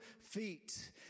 feet